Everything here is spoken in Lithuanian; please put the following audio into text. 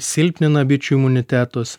silpnina bičių imunitetus